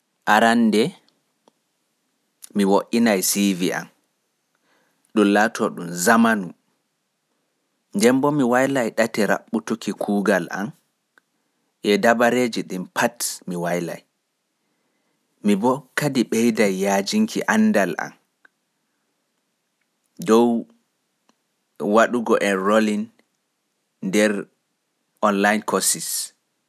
Wo'in Cv ma ɗun laato ɗun zamanu. Waylu ɗate raɓɓutuki kuugal ma e dabareeji ɗin fu. Ɓeidu kadi yaajin andal ma e hutinirki online courses e ekkitaakin kuugal kesal.